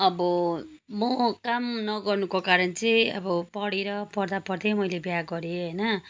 अब म काम नगर्नुको कारण चाहिँ अब पढेर पढ्दा पढ्दै मैले बिहा गरेँ होइन